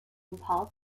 paul